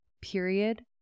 period